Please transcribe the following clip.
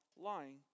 lying